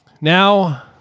Now